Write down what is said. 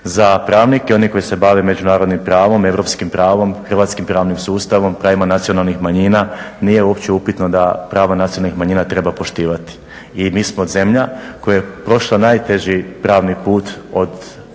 Za pravnike, one koji se bave međunarodnim pravom, europskim pravom, hrvatskim pravnim sustavom, pravima Nacionalnih manjina nije uopće upitno da prava Nacionalnih manjina treba poštivati. I mi smo zemlja koja je prošla najteži pravni put od početka